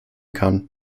kann